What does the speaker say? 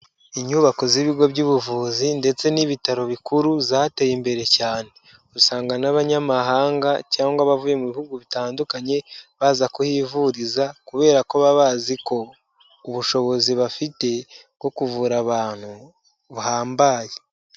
Inyubako z'ibigo by'ubuvuzi ndetse n'ibitaro bikuru zateye imbere cyane, usanga n'abanyamahanga cyangwa abavuye mu bihugu bitandukanye baza kuhivuriza kubera ko baba bazi ko ubushobozi bafite bwo kuvura abantu buhambaye.